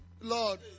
Lord